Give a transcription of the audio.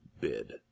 bid